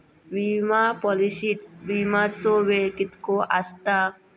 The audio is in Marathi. विमा पॉलिसीत विमाचो वेळ कीतको आसता?